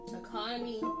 economy